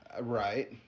Right